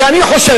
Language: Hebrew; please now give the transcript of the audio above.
כי אני חושב,